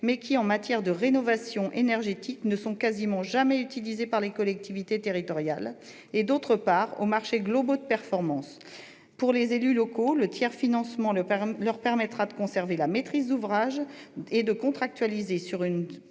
mais qui, en matière de rénovation énergétique, ne sont presque jamais utilisés par les collectivités territoriales, et, d'autre part, aux marchés globaux de performance. Pour les élus locaux, le tiers-financement permettra de conserver la maîtrise d'ouvrage et de contractualiser en se